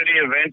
event